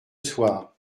soir